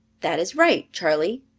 that is right, charley.